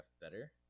better